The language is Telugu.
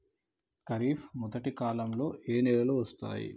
ఖరీఫ్ మొదటి కాలంలో ఏ నెలలు వస్తాయి?